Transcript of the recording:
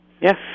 Yes